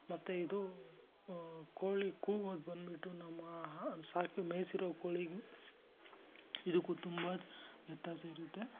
ಮತ್ತು ಇದು ಕೋಳಿ ಕೂಗೋದು ಬಂದ್ಬಿಟ್ಟು ನಮ್ಮ ಸಾಕಿ ಮೇಯಿಸಿರುವ ಕೋಳಿಗು ಇದಕ್ಕು ತುಂಬ ವ್ಯತ್ಯಾಸ ಇರುತ್ತೆ